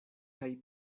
kaj